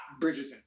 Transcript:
Bridgerton